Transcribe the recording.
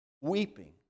weeping